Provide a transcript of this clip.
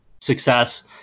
success